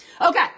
okay